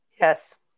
Yes